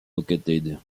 located